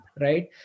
right